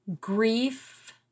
Grief